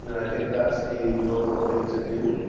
yeah i think that's the noble thing to do.